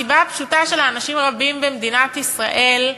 הסיבה הפשוטה, שאנשים רבים במדינת ישראל,